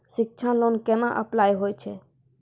शिक्षा लोन केना online apply होय छै?